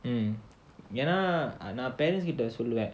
um ya lah and our parents கிட்ட சொல்லுவேன்:kitta solluvaen